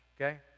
okay